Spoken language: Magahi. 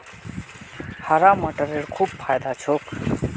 हरा मटरेर खूब फायदा छोक